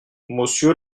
monsieur